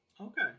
Okay